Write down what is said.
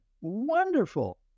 Wonderful